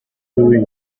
doing